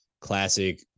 classic